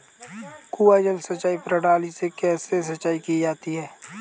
कुआँ जल सिंचाई प्रणाली से सिंचाई कैसे की जाती है?